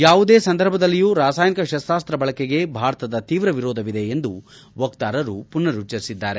ಯಾವುದೇ ಸಂದರ್ಭದಲ್ಲಿಯೂ ರಾಸಾಯನಿಕ ಶಸ್ತ್ರಾಸ್ತ್ರ ಬಳಕೆಗೆ ಭಾರತದ ತೀವ್ರ ವಿರೋಧವಿದೆ ಎಂದು ವಕ್ತಾರರು ಪುನರುಚ್ಚರಿಸಿದ್ದಾರೆ